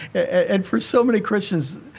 and for so many christians,